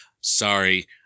sorry